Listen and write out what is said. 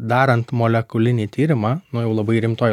darant molekulinį tyrimą nu jau labai rimtoj